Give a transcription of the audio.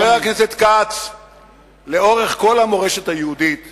חבר הכנסת כץ, לאורך כל המורשת היהודית